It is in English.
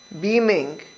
beaming